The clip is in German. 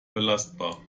belastbar